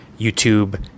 YouTube